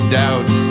doubt